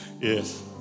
Yes